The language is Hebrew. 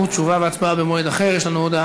הילדים של סוהא מנסור, המחנכת שנרצחה מטירה,